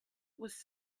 was